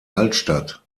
altstadt